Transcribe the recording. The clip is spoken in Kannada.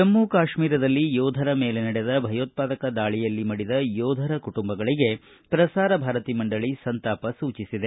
ಜಮ್ಮು ಕಾಶ್ಮೀರದಲ್ಲಿ ಯೋಧರ ಮೇಲೆ ನಡೆದ ಭಯೋತ್ಪಾದಕಾ ದಾಳಿಯಲ್ಲಿ ಮಡಿದ ಯೋಧರ ಕುಟುಂಬಗಳಿಗೆ ಪ್ರಸಾರ ಭಾರತಿ ಮಂಡಳಿ ಸಂತಾಪ ಸೂಚಿಸಿದೆ